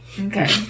Okay